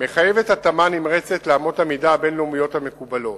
מחייבת התאמה נמרצת לאמות המידה הבין-לאומיות המקובלות.